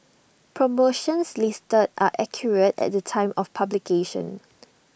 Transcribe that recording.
promotions listed are accurate at the time of publication